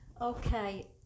okay